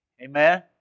Amen